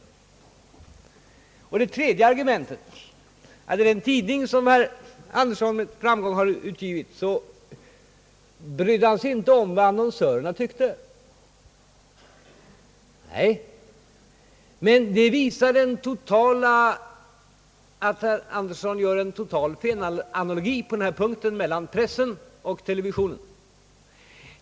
Herr Anderssons tredje argument är att i den tidning som herr Andersson med framgång har utgivit bryr han sig inte om vad annonsörerna tycker. Han gör en total felanalogi mellan pressen och TV på denna punkt.